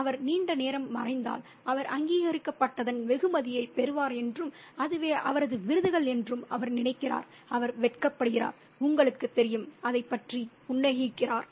அவர் நீண்ட நேரம் மறைந்தால் அவர் அங்கீகரிக்கப்பட்டதன் வெகுமதியைப் பெறுவார் என்றும் அதுவே அவரது விருதுகள் என்றும் அவர் நினைக்கிறார் அவர் வெட்கப்படுகிறார் உங்களுக்குத் தெரியும் அதைப் பற்றி புன்னகைக்கிறார்